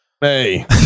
Hey